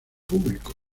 público